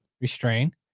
restrain